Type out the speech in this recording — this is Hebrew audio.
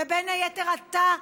ובין היתר אתה,